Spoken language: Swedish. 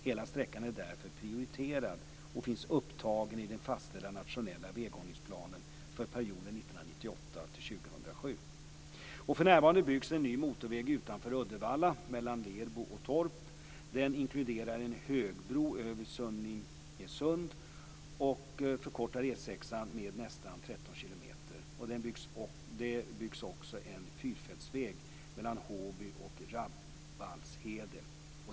Hela sträckan är därför prioriterad och finns upptagen i den fastställda nationella väghållningsplanen för perioden 1998-2007. För närvarande byggs en ny motorväg utanför Uddevalla mellan Lerbo och Torp. Den inkluderar en högbro över Sunningesund och förkortar E 6:an med nästan 13 kilometer. Det byggs också en fyrfältsväg mellan Håby och Rabbalshede.